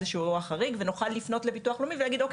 איזה שהוא אירוע חריג ואז נוכל לפנות למוסד לביטוח לאומי ולהגיד "אוקיי,